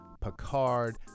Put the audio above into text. Picard